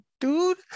dude